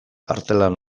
artelan